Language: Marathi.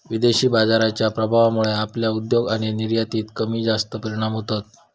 विदेशी बाजाराच्या प्रभावामुळे आपल्या उद्योग आणि निर्यातीत कमीजास्त परिणाम होतत